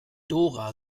dora